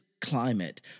climate